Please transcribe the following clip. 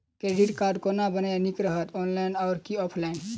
Credit card कोना बनेनाय नीक रहत? ऑनलाइन आ की ऑफलाइन?